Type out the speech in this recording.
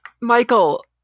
Michael